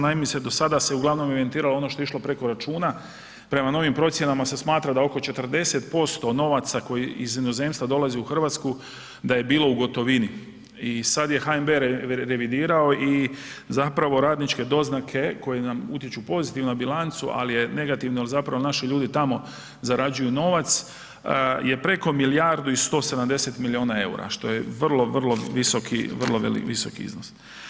Naime, do sada se uglavnom evidentiralo ono što je išlo preko računa, prema novim procjenama se smatra da oko 40% novaca koji iz inozemstva dolazi u Hrvatsku da je bilo u gotovini i sad je HNB revidirao i zapravo radničke doznake koje nam utječu pozitivno na bilancu, ali je negativno zapravo jer naši ljudi tamo zarađuju novac je preko milijardu i 170 miliona EUR-a što je vrlo, vrlo visoki iznos.